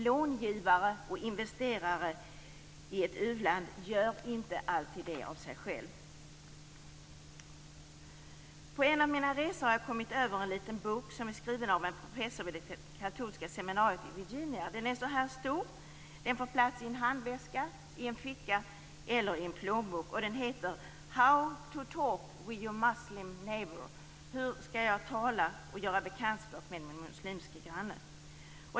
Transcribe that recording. Långivare och investerare i ett u-land gör inte alltid det av sig själva. På en av mina resor har jag kommit över en liten bok som är skriven av en professor vid det katolska seminariet i Virginia. Den är så liten att den får plats i en handväska, i en ficka eller i en plånbok. Den heter How to talk with your muslim neighbour, dvs. Hur skall jag tala med och stifta bekantskap med min muslimske granne?